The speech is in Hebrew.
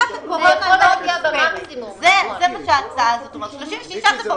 בישיבה הקודמת הוועדה אמרה שהיא לא